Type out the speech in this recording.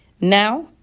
Now